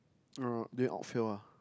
uh doing outfield ah